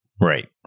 Right